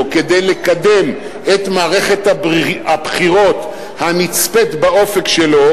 כדי לקדם את מערכת הבחירות הנצפית באופק שלו,